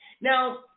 Now